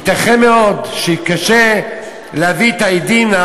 ייתכן מאוד שקשה להביא את העדים,